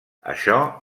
això